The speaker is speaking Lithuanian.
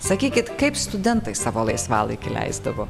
sakykit kaip studentai savo laisvalaikį leisdavo